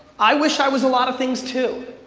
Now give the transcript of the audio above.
i wish i was a lot of things too.